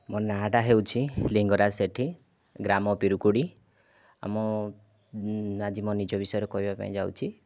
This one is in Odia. ମୋ ନାଁ ଟା ହେଉଛି ଲିଙ୍ଗରାଜ ସେଠି ଗ୍ରାମ ପିରିକୁଡ଼ି ଆଉ ମୁଁ ଆଜି ମୋ ନିଜ ବିଷୟରେ କହିବା ପାଇଁ ଯାଉଛି